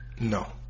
No